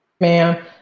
Ma'am